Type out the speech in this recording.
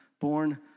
born